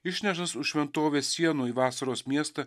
išneštas už šventovės sienų į vasaros miestą